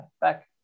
back